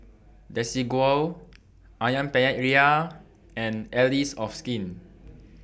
Desigual Ayam Penyet Ria and Allies of Skin